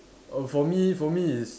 oh for me for me it's